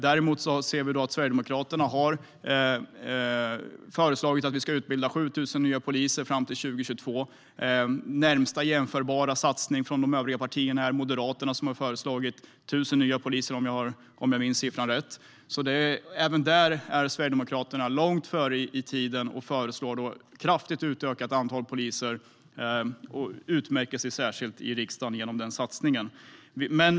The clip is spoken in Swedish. Vi ser att Sverigedemokraterna däremot har föreslagit att vi ska utbilda 7 000 nya poliser fram till 2022. Närmaste jämförbara satsning från de övriga partierna finns hos Moderaterna, som har förslagit 1 000 nya poliser, om jag minns siffran rätt. Även där är Sverigedemokraterna långt före i tiden och föreslår kraftigt utökat antal poliser, och vi utmärker oss särskilt i riksdagen genom den satsningen.